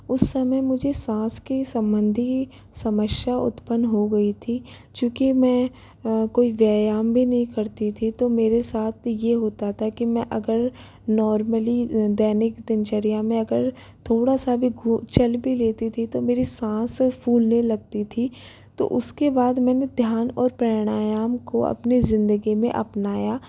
उस समय मुझे साँस के संबंधी समस्या उत्पन्न हो गई थी चूंकि मैं कोई व्यायाम भी नहीं करती थी तो मेरे साथ यह होता था कि मैं अगर नॉर्मली दैनिक दिनचर्या में अगर थोड़ा सा भी घु चल भी लेती थी तो मेरी साँस फूलने लगती थी तो उसके बाद मैंने ध्यान और प्राणायाम को अपनी जिंदगी में अपनाया